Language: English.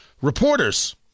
reporters